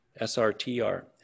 SRTR